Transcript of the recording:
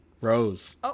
Rose